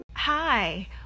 Hi